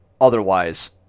otherwise